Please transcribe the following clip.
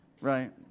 Right